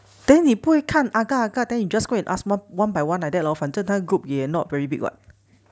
then 你不会看 agak agak then you just go and ask o~ one by one like that lor 反正他的 group you not very big [what]